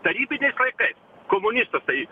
tarybiniais laikais komunistas tai